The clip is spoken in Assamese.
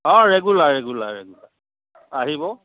অঁ ৰেগুলাৰ ৰেগুলাৰ ৰেগুলাৰ আহিব